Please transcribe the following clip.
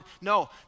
No